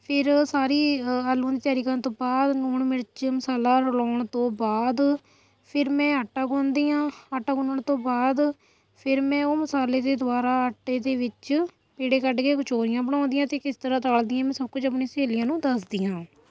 ਫਿਰ ਸਾਰੀ ਆਲੂਆਂ ਦੀ ਤਿਆਰੀ ਕਰਨ ਤੋਂ ਬਾਅਦ ਲੂਣ ਮਿਰਚ ਮਸਾਲਾ ਰਲਾਉਣ ਤੋਂ ਬਾਅਦ ਫਿਰ ਮੈਂ ਆਟਾ ਗੁੰਨਦੀ ਹਾਂ ਆਟਾ ਗੁੰਨਣ ਤੋਂ ਬਾਅਦ ਫਿਰ ਮੈਂ ਉਹ ਮਸਾਲੇ ਦੇ ਦੁਆਰਾ ਆਟੇ ਦੇ ਵਿੱਚ ਪੇੜੇ ਕੱਢ ਕੇ ਕਚੋਰੀਆਂ ਬਣਾਉਂਦੀ ਹਾਂ ਅਤੇ ਕਿਸ ਤਰ੍ਹਾਂ ਤਲਦੀ ਹਾਂ ਮੈਂ ਸਭ ਕੁਝ ਆਪਣੀ ਸਹੇਲੀਆਂ ਨੂੰ ਦੱਸਦੀ ਹਾਂ